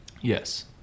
Yes